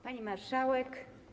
Pani Marszałek!